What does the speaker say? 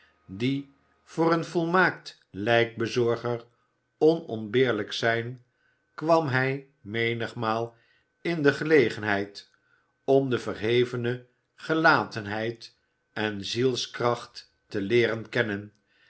die voor een volmaakt lijkbezorger onontbeerlijk zijn kwam hij menigmaal in de gelegenheid om de verhevene gelatenheid en zielskracht te keren kennen